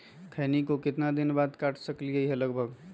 खैनी को कितना दिन बाद काट सकलिये है लगभग?